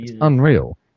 unreal